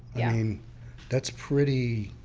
yeah mean that's pretty.